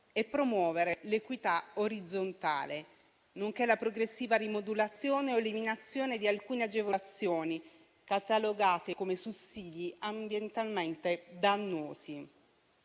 e promuovere l'equità orizzontale, nonché la progressiva rimodulazione o eliminazione di alcune agevolazioni catalogate come sussidi ambientalmente dannosi.